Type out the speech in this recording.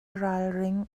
ralring